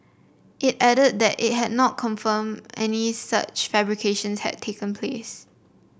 it added that it had not confirmed any such fabrications had taken place